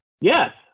Yes